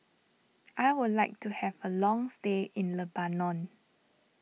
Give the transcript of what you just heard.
I would like to have a long stay in Lebanon